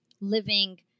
living